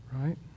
Right